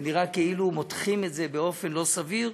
זה נראה כאילו מותחים את זה באופן לא סביר.